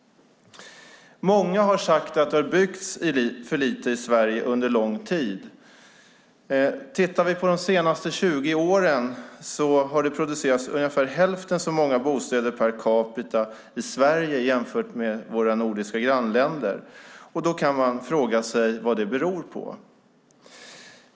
Många har sagt att det har byggts för lite i Sverige under lång tid. Under de senaste 20 åren har det producerats ungefär hälften så många bostäder per capita i Sverige som i våra nordiska grannländer. Då kan man fråga sig vad det beror på.